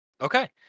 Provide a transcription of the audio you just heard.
Okay